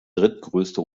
drittgrößte